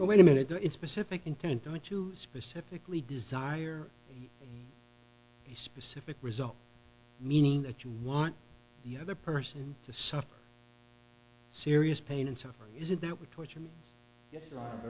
know wait a minute or in specific intent don't you specifically desire the specific result meaning that you want the other person to suffer serious pain and suffering is it that would torture